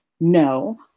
No